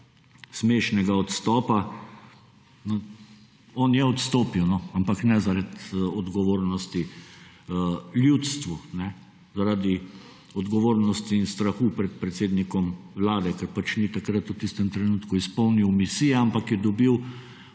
smešnega odstopa. On je odstopil, ampak ne, zaradi odgovornosti ljudstvu. Zaradi odgovornosti in strahu pred predsednikom Vlade, ker pač ni takrat v tistem trenutku izpolnil misije, ampak je dobil